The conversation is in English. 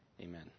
amen